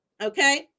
okay